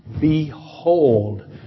Behold